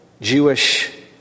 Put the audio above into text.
Jewish